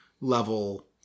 level